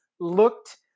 looked